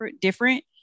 different